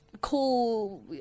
cool